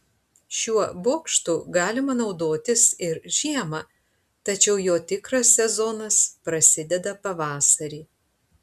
šiuo bokštu galima naudotis ir žiemą tačiau jo tikras sezonas prasideda pavasarį